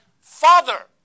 father